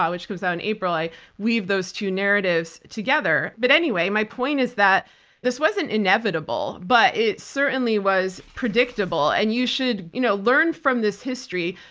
which comes out in april, i weave those two narratives together. but anyway, my point is that this wasn't inevitable, but it certainly was predictable, and you should you know learn from this history.